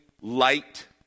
light